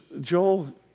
Joel